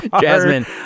Jasmine